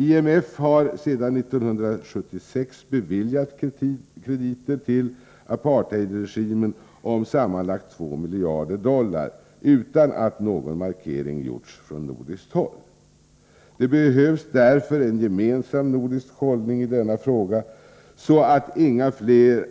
IMF har sedan 1976 beviljat krediter till apartheidregimen om sammanlagt 2 miljarder dollar utan att någon markering gjorts från nordiskt håll. Det behövs därför en gemensam nordisk hållning i denna fråga så att inga fler